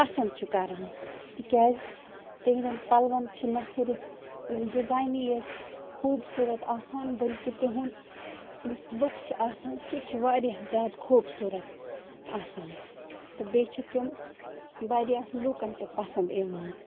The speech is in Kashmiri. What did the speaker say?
پٮسنٛد چھُ کران تِکیٛازِ تِہٕنٛدٮ۪ن پَلٕوَن چھِ نہ صرف ڈِزایِنٕے ییتۍ خوبصوٗرت آسان بلکہِ تِہٕنٛد یُس لُک چھُ آسان سُہ تہِ چھِ واریاہ زیادٕ خوبصوٗرَت آسان تہٕ بیٚیہِ چھِ تِم واریاہ لُکَن تہِ پَسنٛد یِوان